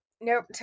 nope